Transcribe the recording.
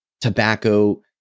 tobacco